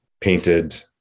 painted